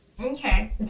Okay